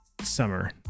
summer